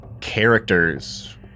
characters